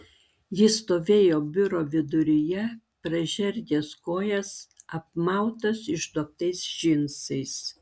jis stovėjo biuro viduryje pražergęs kojas apmautas išduobtais džinsais